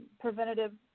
preventative